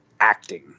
acting